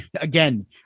again